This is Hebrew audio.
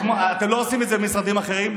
אתם לא עושים את זה במשרדים אחרים,